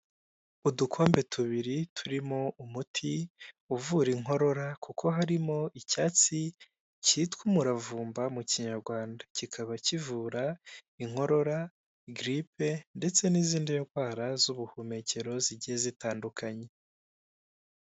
Udukombe tubiri turimo umuti uvura inkorora kuko harimo icyatsi cyitwa umuravumba mu kinyarwanda kikaba kivura inkorora giripe ndetse n'izindi ndwara z'ubuhumekero zigiye zitandukanye.